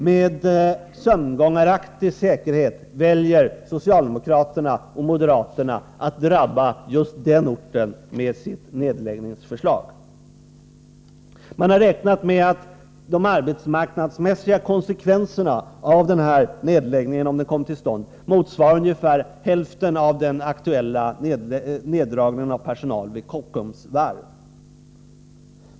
Med sömngångaraktig säkerhet väljer socialdemokraterna och moderaterna att drabba just den orten med sitt nedläggningsförslag. Man beräknar att de arbetsmarknadsmässiga konsekvenserna av en eventuell nedläggning motsvarar ungefär hälften av den aktuella neddragningen av personalen vid Kockums varv.